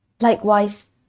Likewise